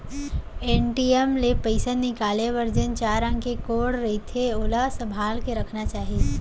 ATM ले पइसा निकाले बर जेन चार अंक के कोड रथे ओला संभाल के रखना चाही